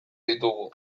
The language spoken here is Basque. ditugu